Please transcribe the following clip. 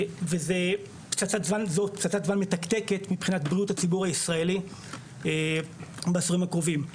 שזה פצצת זמן מתקתקת מבחינת בריאות הציבור הישראלי בעשורים הקרובים.